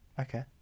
Okay